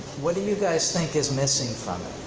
what do you guys think is missing from